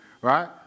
right